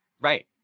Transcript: Right